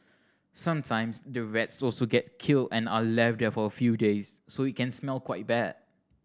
sometimes the rats also get killed and are left there for a few days so it can smell quite bad